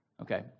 okay